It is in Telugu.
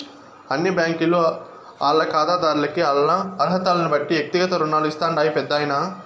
అన్ని బ్యాంకీలు ఆల్ల కాతాదార్లకి ఆల్ల అరహతల్నిబట్టి ఎక్తిగత రుణాలు ఇస్తాండాయి పెద్దాయనా